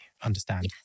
understand